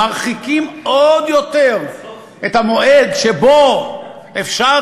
מרחיקים עוד יותר את המועד שבו אפשר